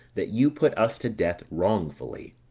that you put us to death wrongfully.